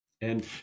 And-